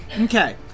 Okay